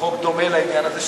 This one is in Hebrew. חוק דומה לעניין הזה,